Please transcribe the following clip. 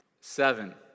seven